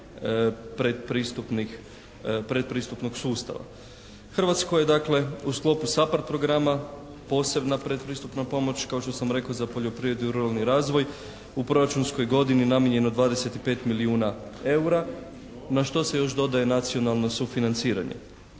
Hrvatskoj je dakle u sklopu SAPARD programa posebna predpristupna pomoć kao što sam rekao za poljoprivredu i ruralni razvoj, u proračunskoj godini namijenjeno 25 milijuna EUR-a na što se još dodaje nacionalno sufinanciranje.